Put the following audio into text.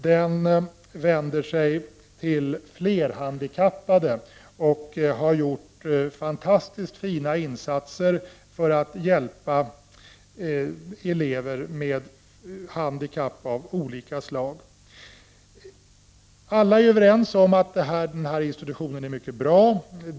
Den vänder sig till flerhandikappade och har gjort fantastiskt fina insatser för att hjälpa elever med handikapp av olika slag. Alla är överens om att denna institution är mycket bra.